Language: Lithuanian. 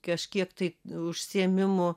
kažkiek tai užsiėmimų